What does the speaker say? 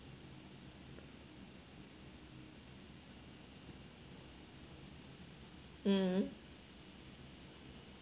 mm